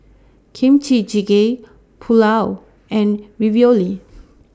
Kimchi Jjigae Pulao and Ravioli